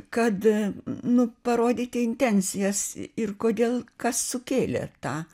kad nu parodyti intencijas ir kodėl kas sukėlė tą